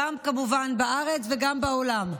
גם כמובן בארץ וגם בעולם.